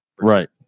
Right